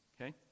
okay